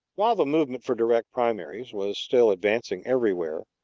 while the movement for direct primaries was still advancing everywhere,